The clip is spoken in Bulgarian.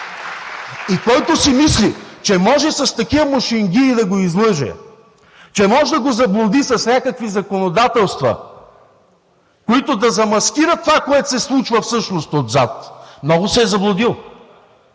И който си мисли, че може с такива мушингии да го излъже, че може да го заблуди с някакви законодателства, които да замаскират това, което се случва всъщност отзад, много се е заблудил.